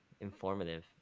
informative